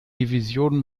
divisionen